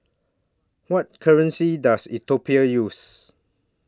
What currency Does Ethiopia use